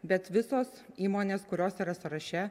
bet visos įmonės kurios yra sąraše